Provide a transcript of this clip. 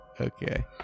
Okay